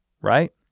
right